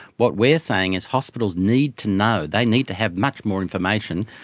what we are saying is hospitals need to know, they need to have much more information.